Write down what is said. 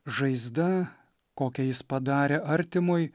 žaizda kokią jis padarė artimui